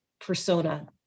persona